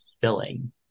filling